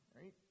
right